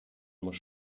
muss